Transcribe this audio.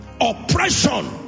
Oppression